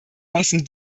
lassen